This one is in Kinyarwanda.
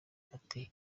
ati